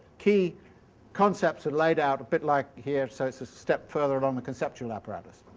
key concepts are laid out a bit like here. so it's a step further along the conceptional apparatus.